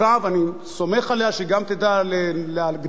ואני סומך עליה שהיא גם תדע להגדיל את